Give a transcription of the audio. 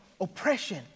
oppression